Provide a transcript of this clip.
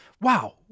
Wow